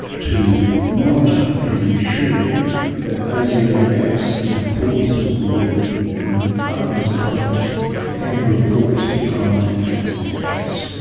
to monitor and ensure that asio acts in accordance with the law and with the utmost probity and reports to parliament if that is not the case.